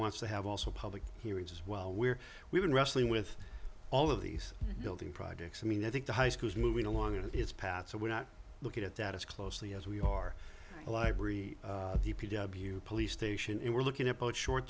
wants to have also public hearings as well where we've been wrestling with all of these building projects i mean i think the high school is moving along in its path so we're not looking at that as closely as we are a library d p w police station and we're looking at both short